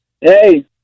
Hey